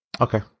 Okay